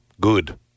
Good